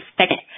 second